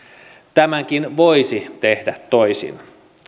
tämänkin voisi tehdä toisin